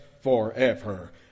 forever